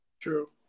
True